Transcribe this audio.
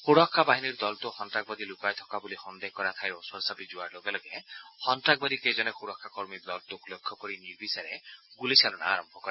সুৰক্ষা বাহিনীৰ দলটো সন্নাসবাদী লুকাই থকা বুলি সন্দেহ কৰা ঠাইৰ ওচৰ চাপি যোৱাৰ লগে লগে সন্নাসবাদীকেইজনে সুৰক্ষা কৰ্মীৰ দলটোক লক্ষ্য কৰি নিৰ্বিচাৰে গুলীচালনা কৰে